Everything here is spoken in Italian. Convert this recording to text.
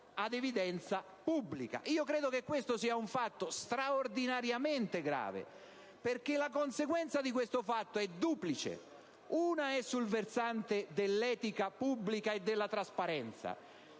Credo che questo sia un fatto straordinariamente grave, perché la conseguenza è duplice. La prima è sul versante dell'etica pubblica e della trasparenza.